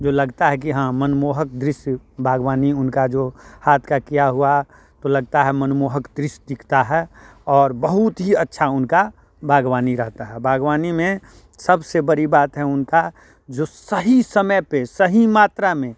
जो लगता है कि हाँ मनमोहक दृश्य बागवानी उनका जो हाथ का किया हुआ तो लगता है मनमोहक दृश्य दिखता है और बहुत ही अच्छा उनका बागवानी रहता है बागवानी में सबसे बड़ी बात है उनका जो सही समय पे सही मात्रा में